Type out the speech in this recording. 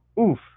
oof